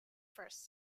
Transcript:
first